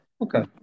Okay